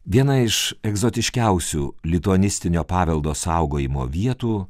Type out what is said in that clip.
viena iš egzotiškiausių lituanistinio paveldo saugojimo vietų